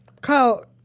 Kyle